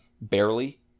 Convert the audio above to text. barely